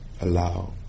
allow